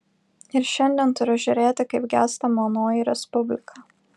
ir šiandien turiu žiūrėti kaip gęsta manoji respublika